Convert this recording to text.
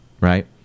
right